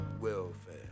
welfare